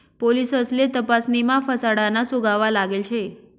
पोलिससले तपासणीमा फसाडाना सुगावा लागेल शे